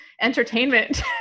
entertainment